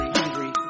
hungry